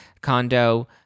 condo